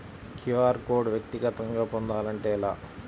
QR code వ్యక్తిగతంగా పొందాలంటే ఎలా?